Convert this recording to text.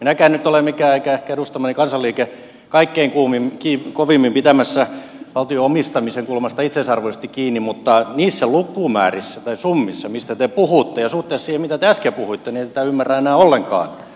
en minäkään eikä ehkä edustamani kansaliike nyt mitenkään kaikkein kovimmin ole pitämässä valtion omistamisen kulmasta itseisarvoisesti kiinni mutta niissä lukumäärissä tai summissa mistä te puhutte ja suhteessa siihen mitä te äsken puhuitte en tätä ymmärrä enää ollenkaan